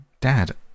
Dad